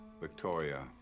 Victoria